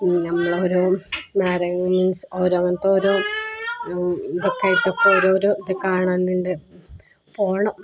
നമ്മുടെയോരോ means ഓരോ അങ്ങനത്തെ ഓരോ ഇതൊക്കെയായിട്ടൊക്കെ ഓരോരോ ഇത് കാണാനുണ്ട് പോകണം